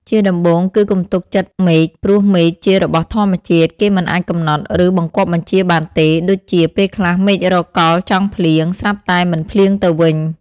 ជាដំបូងគឺកុំទុកចិត្តមេឃ ព្រោះមេឃជារបស់ធម្មជាតិ គេមិនអាចកំណត់ ឬបង្គាប់បញ្ជាបានទេ ដូចជា ពេលខ្លះមេឃរកកលចង់ភ្លៀង ស្រាប់តែមិនភ្លៀងទៅវិញ ។